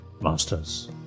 masters